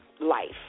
life